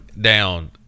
down